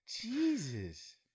Jesus